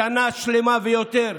שנה שלמה ויותר,